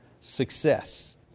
success